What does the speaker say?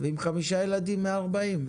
ועם חמישה ילדים מגיע ל-140 מטר,